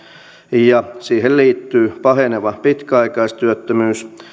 ja siihen liittyy paheneva pitkäaikaistyöttömyys